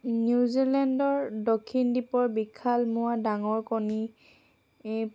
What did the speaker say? নিউজিলেণ্ডৰ দক্ষিণ দ্বীপৰ বিশালমোৱা ডাঙৰ কণী